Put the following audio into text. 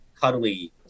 cuddly